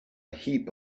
heap